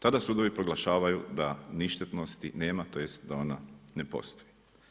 Tada sudovi proglašavaju da ništetnosti nema, tj. da ona ne postoji.